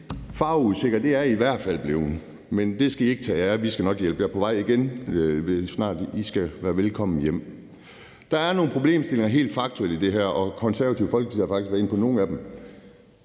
farver er I i hvert fald blevet, men det skal I ikke tage jer af. Vi skal nok hjælpe jer på vej igen. I skal være velkomne hjem. Der er helt faktuelt nogle problemstillinger i det her, og Det Konservative Folkeparti har faktisk været inde på nogle af dem.